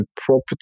property